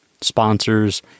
sponsors